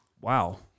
Wow